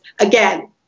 again